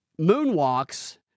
moonwalks